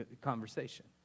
conversation